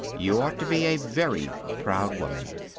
you ought to be a very proud woman.